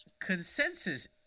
Consensus